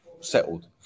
settled